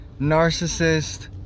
narcissist